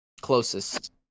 Closest